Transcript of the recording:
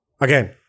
Again